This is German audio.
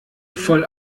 voll